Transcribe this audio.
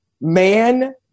man